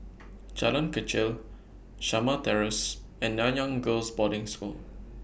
Jalan Kechil Shamah Terrace and Nanyang Girls' Boarding School